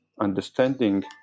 understanding